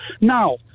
Now